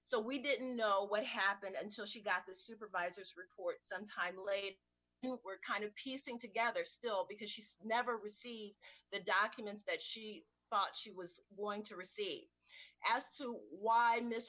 so we didn't know what happened until she got the supervisor's report sometime late and we're kind of piecing together still because she's never received the documents that she thought she was going to receive as to why i d miss